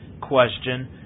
question